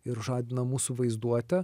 ir žadina mūsų vaizduotę